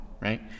right